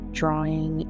drawing